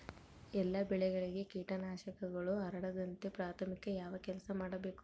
ಎಲ್ಲ ಬೆಳೆಗಳಿಗೆ ಕೇಟನಾಶಕಗಳು ಹರಡದಂತೆ ಪ್ರಾಥಮಿಕ ಯಾವ ಕೆಲಸ ಮಾಡಬೇಕು?